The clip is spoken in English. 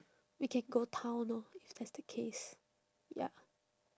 we can go town lor if that's the case ya